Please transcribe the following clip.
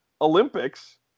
Olympics